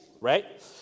right